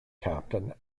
captain